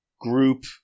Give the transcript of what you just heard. group